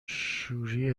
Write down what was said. شوری